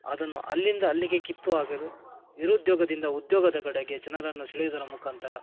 ಅದನ್ನು ಅಲ್ಲಿಂದ ಅಲ್ಲಿಗೆ ಕಿತ್ತು ಹಾಕಲು ನಿರುದ್ಯೋಗದಿಂದ ಉದ್ಯೋಗದ ಕಡೆಗೆ ಜನರನ್ನು ಸೆಳೆಯುವುದರ ಮುಖಾಂತರ